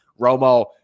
Romo